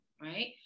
right